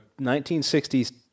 1960s